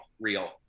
real